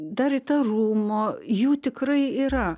dar įtarumo jų tikrai yra